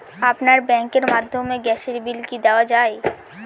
আপনার ব্যাংকের মাধ্যমে গ্যাসের বিল কি দেওয়া য়ায়?